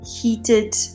heated